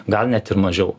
gal net ir mažiau